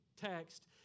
text